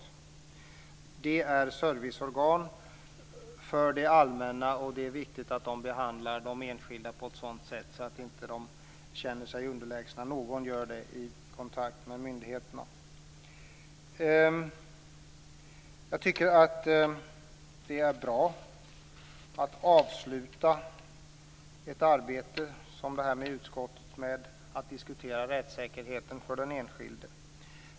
Myndigheterna är serviceorgan för det allmänna, och det är viktigt att de behandlar enskilda människor på ett sådant sätt att de inte känner sig underlägsna vid kontakt med myndigheterna. Det känns bra att avsluta utskottsarbetet med att diskutera rättssäkerheten för den enskilde.